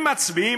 אם אתם מצביעים,